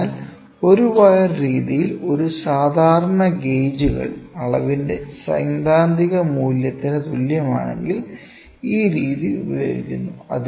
അതിനാൽ ഒരു വയർ രീതിയിൽ ഒരു സാധാരണ ഗേജുകൾ അളവിന്റെ സൈദ്ധാന്തിക മൂല്യത്തിന് തുല്യമാണെങ്കിൽ ഈ രീതി ഉപയോഗിക്കുന്നു